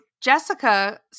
Jessica